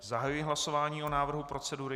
Zahajuji hlasování o návrhu procedury.